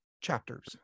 chapters